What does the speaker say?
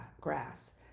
grass